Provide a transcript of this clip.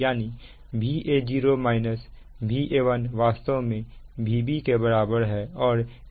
यानी Va0 Va1 वास्तव में Vb के बराबर है